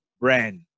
brand